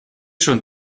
schon